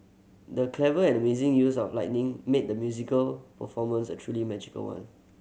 the clever and amazing use of lighting made the musical performance a truly magical one